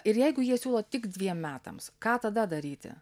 ir jeigu jie siūlo tik dviem metams ką tada daryti